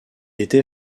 était